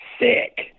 sick